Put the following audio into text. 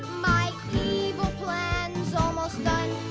my evil plan's almost done